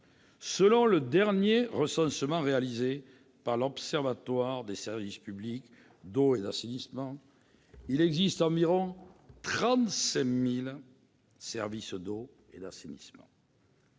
Selon le dernier recensement réalisé par l'Observatoire des services publics d'eau et d'assainissement, il existe environ 35 000 services d'eau et d'assainissement